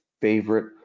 favorite